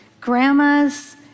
Grandmas